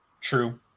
True